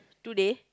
today